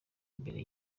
mbere